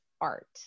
art